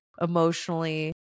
emotionally